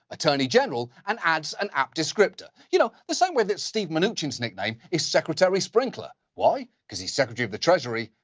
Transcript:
attorney general, and adds an apt descriptor. you know, the same way that steven mnuchin's nickname is secretary sprinkler. why? cause he's secretary of the treasury,